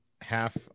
half-